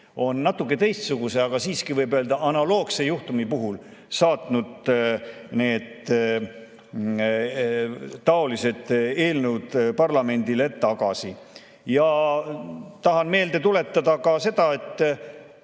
on natuke teistsuguse, aga siiski, võib öelda, analoogse juhtumi puhul saatnud niisugused eelnõud parlamendile tagasi. Ja tahan meelde tuletada ka seda, et